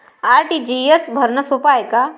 RTGS भरनं सोप हाय का?